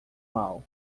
mal